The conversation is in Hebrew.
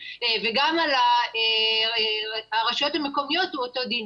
וגם על הרשויות המקומיות הוא אותו דין.